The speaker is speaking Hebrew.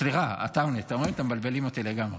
סליחה, עטאונה, אתה רואה, אתם מבלבלים אותי לגמרי.